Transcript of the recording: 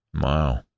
Wow